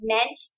Meant